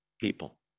people